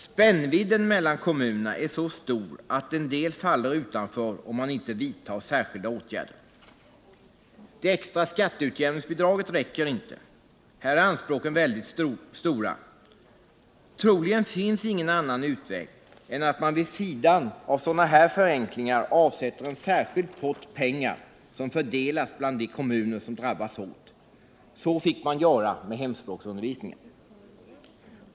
Spännvidden mellan kommunerna är så stor att en del faller utanför, om man inte vidtar särskilda åtgärder. Det extra skatteutjämningsbidraget räcker inte — här är anspråken väldigt stora. Troligen finns ingen annan utväg än att man vid sidan av sådana här förenklingar avsätter en särskild pott pengar, som fördelas bland de kommuner som drabbas hårt. Så fick man göra när det gällde hemspråksundervisningen.